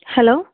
hello